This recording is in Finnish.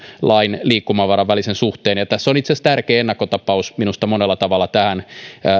lain liikkumavaran välisen suhteen tässä on minusta itse asiassa tärkeä ennakkotapaus monella tavalla tähän